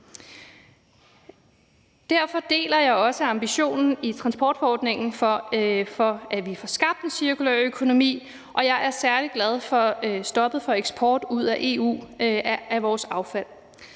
Derfor deler jeg også ambitionen i transportforordningen om, at vi får skabt en cirkulær økonomi, og jeg er særlig glad for stoppet for eksport ud af EU af vores affald.